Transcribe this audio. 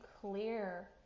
clear